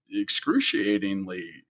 excruciatingly